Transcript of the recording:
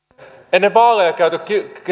ennen vaaleja käyty